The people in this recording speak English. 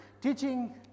teaching